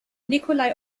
nikolai